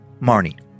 Marnie